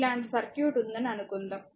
ఇలాంటి సర్క్యూట్ ఉందని అనుకుందాం